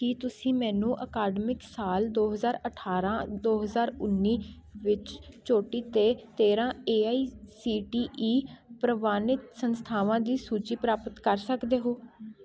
ਕੀ ਤੁਸੀਂ ਮੈਨੂੰ ਅਕਾਡਮਿਕ ਸਾਲ ਦੋ ਹਜ਼ਾਰ ਅਠਾਰ੍ਹਾਂ ਦੋ ਹਜ਼ਾਰ ਉੱਨੀ ਵਿੱਚ ਚੋਟੀ 'ਤੇ ਤੇਰ੍ਹਾਂ A I C T E ਪ੍ਰਵਾਨਿਤ ਸੰਸਥਾਵਾਂ ਦੀ ਸੂਚੀ ਪ੍ਰਾਪਤ ਕਰ ਸਕਦੇ ਹੋ